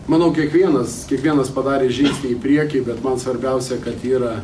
manau kiekvienas kiekvienas padarė žingsnį į priekį bet man svarbiausia kad yra